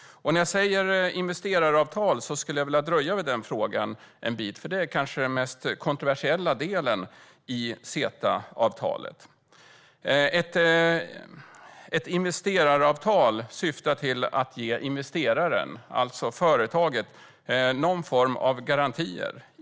När jag säger investeringsavtal vill jag dröja kvar vid detta, för det är kanske den mest kontroversiella delen i CETA-avtalet. Ett investeringsavtal syftar till att ge investeraren, alltså företaget, någon form av garantier.